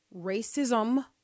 racism